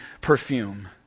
perfume